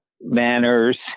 manners